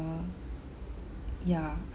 ya